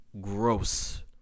Gross